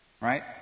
right